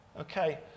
Okay